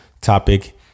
topic